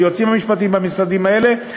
היועצים המשפטיים במשרדים האלה,